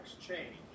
change